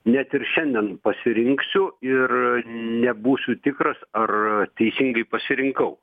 net ir šiandien pasirinksiu ir nebūsiu tikras ar teisingai pasirinkau